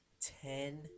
Ten